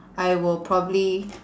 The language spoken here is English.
I will probably